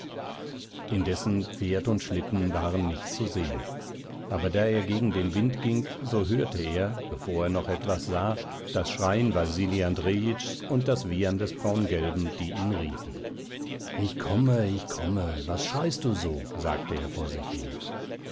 indessen pferd und schlitten waren nicht zu sehen aber da er gegen den wind ging so hörte er bevor er noch etwas sah das schreien wasili andrejitschs und das wiehern des braungelben die ihn riefen ich komme ich komme was schreist du so sagte er vor sich hin